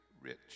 rich